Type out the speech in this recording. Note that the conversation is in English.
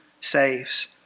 saves